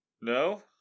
No